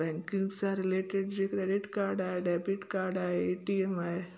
banking सां related जी credit card आहे डेबिट काड आहे ए टी एम आहे